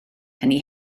hynny